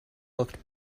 looked